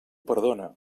perdona